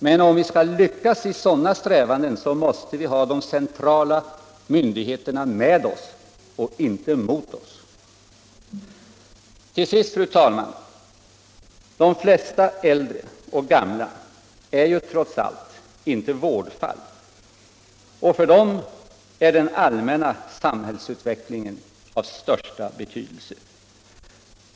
Men om vi skall lyckas i sådana strävanden måste vi ha de centrala myndigheterna med oss och inte mot oss. Till sist, fru talman: De flesta äldre och gamla är trots allt inte vårdfall, och för dem är den allmänna samhällsutvecklingen av största betydelse.